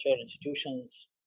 institutions